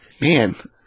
man